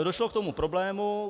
Došlo k tomu problému.